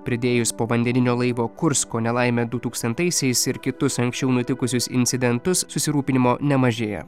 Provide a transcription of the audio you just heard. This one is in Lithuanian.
pridėjus povandeninio laivo kursko nelaimę dutūkstantaisiais ir kitus anksčiau nutikusius incidentus susirūpinimo nemažėja